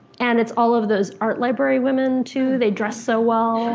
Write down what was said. and it's all of those art library women, too. they dress so well.